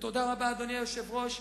ותודה רבה, אדוני היושב-ראש.